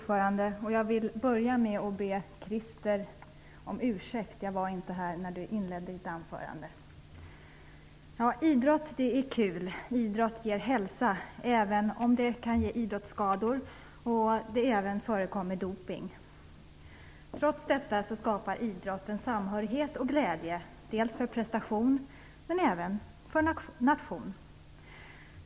Fru talman! Jag vill börja med att be Christer Eirefelt om ursäkt för att jag inte var här när han inledde sitt anförande. Idrott är kul, idrott ger hälsa, även om den kan ge idrottsskador och även om det förekommer dopning. Trots detta skapar idrotten samhörighet och glädje över prestationen och för nationen.